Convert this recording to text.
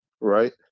Right